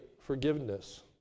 forgiveness